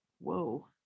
Whoa